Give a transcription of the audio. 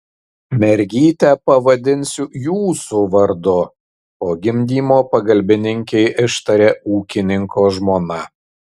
mergytę pavadinsiu jūsų vardu po gimdymo pagalbininkei ištarė ūkininko žmona